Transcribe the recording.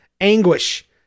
anguish